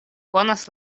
konas